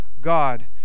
God